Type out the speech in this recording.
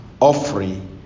offering